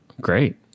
Great